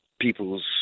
people's